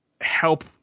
help